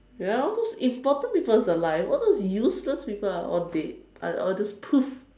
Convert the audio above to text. ya all those important people's alive all those useless people are all dead are all just poof